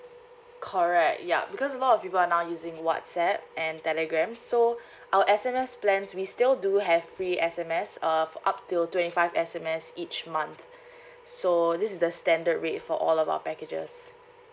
correct ya because a lot of people are now using whatsapp and telegram so our S_M_S plans we still do have free S_M_S uh up till twenty five S_M_S each month so this is the standard rate for all of our packages